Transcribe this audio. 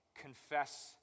confess